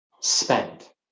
spent